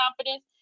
confidence